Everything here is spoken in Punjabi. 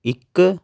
ਇੱਕ